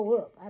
up